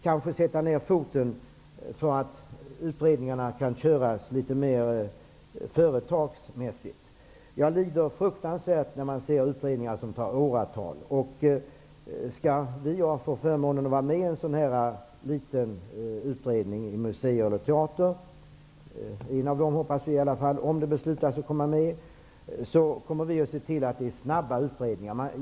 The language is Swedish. Vi vill att utredningarna skall bedrivas litet mer företagsmässigt. Jag lider fruktansvärt när jag ser att utredningar tar åratal. Om vi får förmånen att vara med i en mindre utredning om museum och teater -- vi hoppas att få komma med i en av dem om det beslutas att man skall tillsätta sådana -- kommer vi att se till att det blir snabba utredningar.